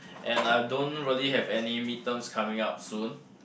and I don't really have any mid terms coming up soon